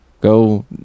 go